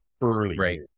early